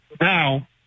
Now